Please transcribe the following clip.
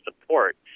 support